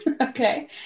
Okay